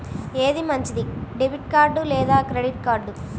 ఏది మంచిది, debit card లేదా క్రెడిట్ కార్డ్?